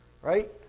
right